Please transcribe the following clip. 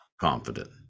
confident